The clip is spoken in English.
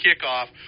kickoff